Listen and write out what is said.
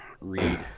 read